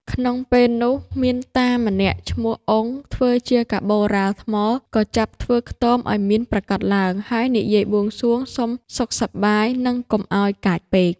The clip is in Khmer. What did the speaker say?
ក្នុងពេលនោះមានតាម្នាក់ឈ្មោះ អ៊ុង ធ្វើជាកាប៉ូរ៉ាលថ្ម ក៏ចាប់ធ្វើខ្ទមឲ្យមានប្រាកដឡើង ហើយនិយាយបួងសួងសុំសុខសប្បាយ និងកុំឲ្យកាចពេក ។